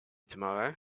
tomorrow